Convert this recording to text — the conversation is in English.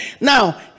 Now